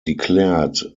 declared